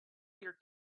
your